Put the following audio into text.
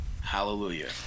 hallelujah